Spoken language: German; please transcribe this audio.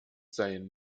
seien